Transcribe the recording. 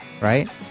right